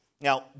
Now